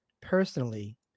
personally